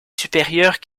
supérieure